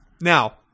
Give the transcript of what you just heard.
Now